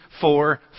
four